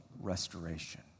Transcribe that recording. restoration